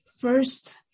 first